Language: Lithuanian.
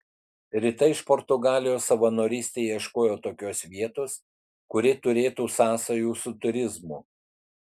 rita iš portugalijos savanorystei ieškojo tokios vietos kuri turėtų sąsajų su turizmu